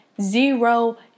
zero